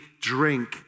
drink